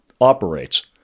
operates